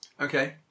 Okay